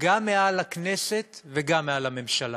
גם מעל הכנסת וגם מעל הממשלה.